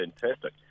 fantastic